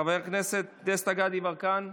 חבר הכנסת דסטה גדי יברקן,